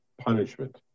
punishment